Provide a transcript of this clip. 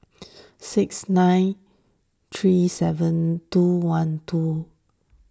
six nine three seven two one two